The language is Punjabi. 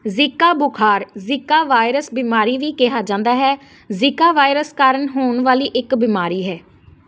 ਜ਼ੀਕਾ ਬੁਖਾਰ ਜ਼ੀਕਾ ਵਾਇਰਸ ਬਿਮਾਰੀ ਵੀ ਕਿਹਾ ਜਾਂਦਾ ਹੈ ਜ਼ੀਕਾ ਵਾਇਰਸ ਕਾਰਨ ਹੋਣ ਵਾਲੀ ਇੱਕ ਬਿਮਾਰੀ ਹੈ